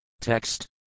Text